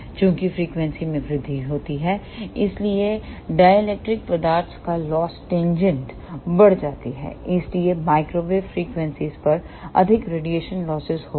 चूंकि फ्रीक्वेंसी में वृद्धि होती है इसलिए डाई इलेक्ट्रिक पदार्थ का लॉस टेजेंट बढ़ जाती है इसलिए माइक्रोवेव फ्रीक्वेंसीयों पर अधिक रेडिएशन लॉसेस होगा